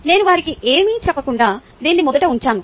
నేను వారికి ఏమీ చెప్పకుండా దీన్ని మొదట ఉంచాను